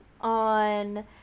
on